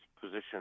position